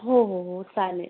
हो हो हो चालेल